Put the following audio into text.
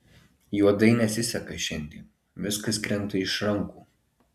juodai nesiseka šiandien viskas krenta iš rankų